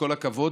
כל הכבוד,